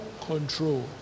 control